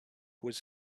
was